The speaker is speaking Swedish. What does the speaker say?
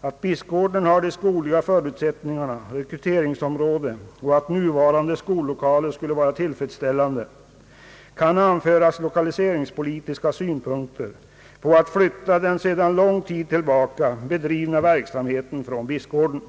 att Bispgården har de skogliga förutsättningarna och rekryteringsområdet och att nuvarande skollokaler skulle vara tillfredsställande, kan man anföra 1okaliseringspolitiska synpunkter på förflyttningen av den sedan lång tid tillbaka bedrivna verksamheten från Bispgården.